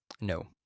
No